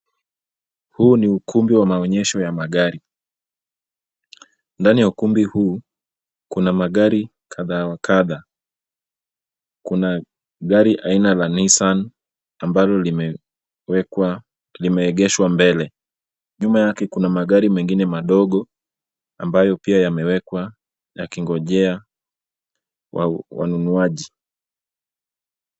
Huu ni ukumbi wa maonyesho ya magari. Ndani ya ukumbi huu, kuna magari kadha wa kadha. Kuna gari aina la Nissan, ambalo limewekwa limeegeshwa mbele. Nyuma yake kuna magari mengine madogo, ambayo pia yamewekwa yakingojea wanunuaji.